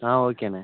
ஆ ஓகேண்ண